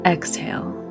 Exhale